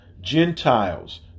Gentiles